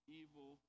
evil